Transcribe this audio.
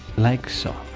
like so,